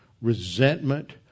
resentment